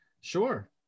Sure